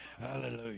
Hallelujah